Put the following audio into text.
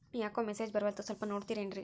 ಯಾಕೊ ಮೆಸೇಜ್ ಬರ್ವಲ್ತು ಸ್ವಲ್ಪ ನೋಡ್ತಿರೇನ್ರಿ?